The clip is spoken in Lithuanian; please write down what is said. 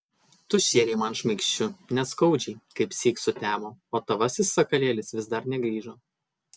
tu šėrei man šmaikščiu neskaudžiai kaipsyk sutemo o tavasis sakalėlis vis dar negrįžo